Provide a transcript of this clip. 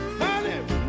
honey